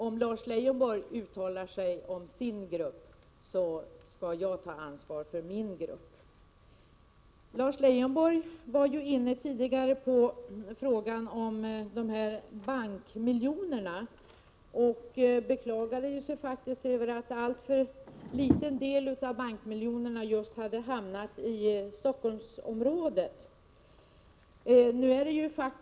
Om Lars Leijonborg uttalar sig om sin grupp, så skall jag ta ansvar för min grupp. Lars Leijonborg var ju tidigare inne på frågan om bankmiljonerna och beklagade sig över att en alltför liten del av bankmiljonerna hade hamnat i Stockholmsområdet.